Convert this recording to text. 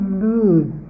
lose